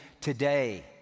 today